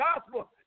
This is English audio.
gospel